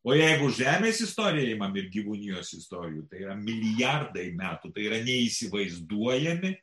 o jeigu žemės istorija imam vykti gyvūnijos istorijų tai yra milijardai metų tai yra neįsivaizduojami